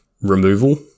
removal